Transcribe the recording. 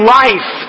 life